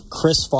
Chris